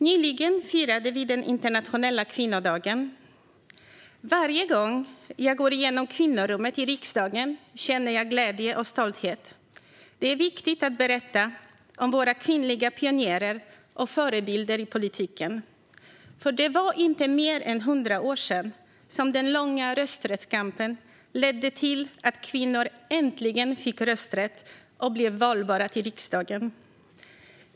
Nyligen firade vi den internationella kvinnodagen. Varje gång jag går igenom Kvinnorummet i riksdagen känner jag glädje och stolthet. Det är viktigt att berätta om våra kvinnliga pionjärer och förebilder i politiken. För det var inte mer än 100 år sedan som den långa rösträttskampen ledde till att kvinnor äntligen fick rösträtt och blev valbara till riksdagen.